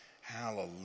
Hallelujah